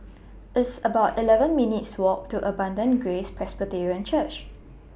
It's about eleven minutes' Walk to Abundant Grace Presbyterian Church